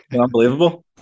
Unbelievable